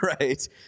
Right